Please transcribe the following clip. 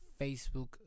Facebook